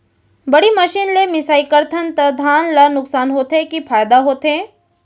बड़ी मशीन ले मिसाई करथन त धान ल नुकसान होथे की फायदा होथे?